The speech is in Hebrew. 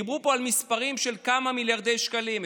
דיברו פה על מספרים של כמה מיליארדי שקלים,